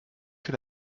fait